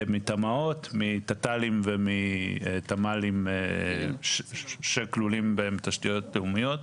מתמ"אות מתת"לים ומתמ"לים שכלולים בהם תשתיות לאומיות,